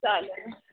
चालेल